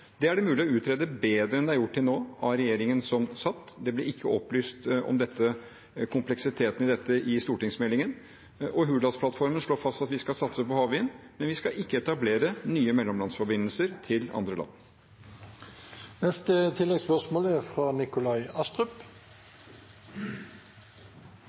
Det er det mulig å utrede bedre enn det til nå er gjort av regjeringen som satt. Det ble ikke opplyst om kompleksiteten i dette i stortingsmeldingen. Hurdalsplattformen slår fast at vi skal satse på havvind, men vi skal ikke etablere nye mellomlandsforbindelser til andre land. Nikolai Astrup – til oppfølgingsspørsmål. Jeg er